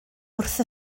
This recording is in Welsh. wrth